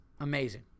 amazing